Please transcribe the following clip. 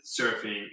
surfing